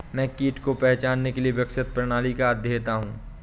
मैं कीट को पहचानने के लिए विकसित प्रणाली का अध्येता हूँ